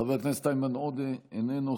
חבר הכנסת איימן עודה, איננו.